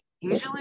Usually